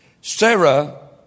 Sarah